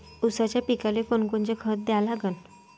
ऊसाच्या पिकाले कोनकोनचं खत द्या लागन?